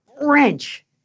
wrench